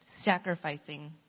sacrificing